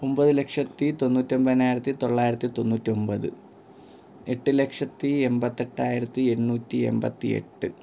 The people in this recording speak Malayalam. ഒമ്പത് ലക്ഷത്തി തൊണ്ണൂറ്റൊമ്പതിനായിരത്തി തൊള്ളായിരത്തി തൊണ്ണൂറ്റൊമ്പത് എട്ട് ലക്ഷത്തി എമ്പത്തെട്ടായിരത്തി എണ്ണൂറ്റി എൺപത്തി എട്ട്